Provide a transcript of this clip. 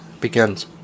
begins